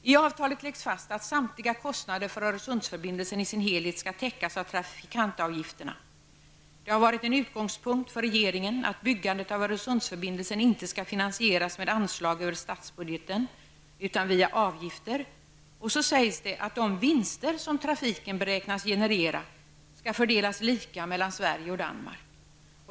Öresundsförbindelsen i sin helhet skall täckas av trafikantavgifterna. Det har varit en utgångspunkt för regeringen att byggandet av Öresundsförbindelsen inte skall finansieras med anslag över statsbudgeten utan via avgifter. Det sägs vidare att de vinster som trafiken beräknas generera skall fördelas lika mellan Sverige och Danmark.